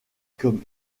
comme